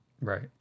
Right